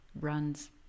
runs